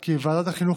כי ועדת החינוך,